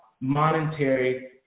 monetary